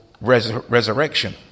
resurrection